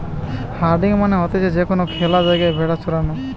herding মানে হতিছে যে কোনো খ্যালা জায়গায় ভেড়া চরানো